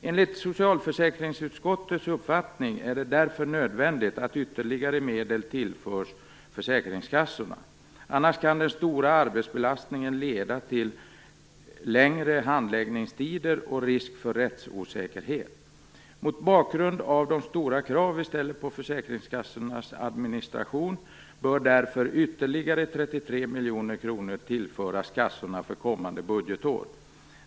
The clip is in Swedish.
Enligt socialförsäkringsutskottets uppfattning är det därför nödvändigt att ytterligare medel tillförs försäkringskassorna - annars kan den stora arbetsbeslastningen leda till längre handläggningstider och risk för rättsosäkerhet. Mot bakgrund av de stora krav vi ställer på försäkringskassornas administration bör därför ytterligare 33 miljoner kronor tillföras kassorna för kommande budgetår.